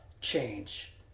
change